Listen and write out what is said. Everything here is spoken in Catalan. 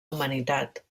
humanitat